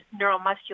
neuromuscular